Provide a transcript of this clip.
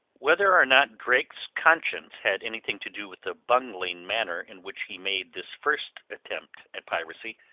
whether or not drake's conscience had anything to do with the bungling manner in which he made this first attempt at piracy,